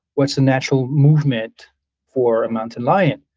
what's a natural movement for a mountain lion.